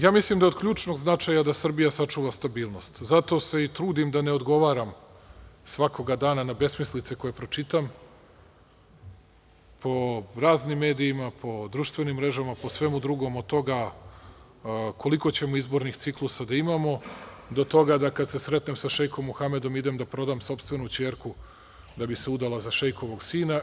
Ja mislim da je od ključnog značaja da Srbija sačuva stabilnost, zato se i trudim da ne odgovaram svakoga dana na besmislice koje pročitam po raznim medijama, po društvenim mrežama, po svemu drugom, od toga koliko ćemo izbornih ciklusa da imamo, do toga kada se sretnem sa šeikom Muhamedom idem da prodam sopstvenu ćerku da bi se udala za šeikovo sina.